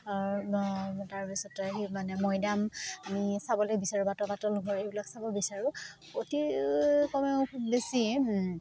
তাৰপিছতে সেই মানে মৈদাম আমি চাবলে বিচাৰোঁ তলাতল ঘৰ এইবিলাক চাব বিচাৰোঁ অতি কমেও খুব বেছি